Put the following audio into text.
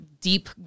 deep